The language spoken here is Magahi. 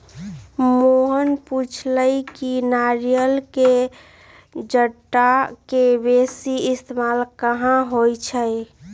मोहन पुछलई कि नारियल के जट्टा के बेसी इस्तेमाल कहा होई छई